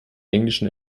englischen